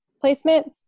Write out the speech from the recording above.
placement